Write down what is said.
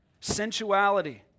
sensuality